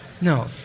no